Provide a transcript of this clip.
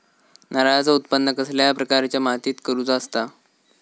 नारळाचा उत्त्पन कसल्या प्रकारच्या मातीत करूचा असता?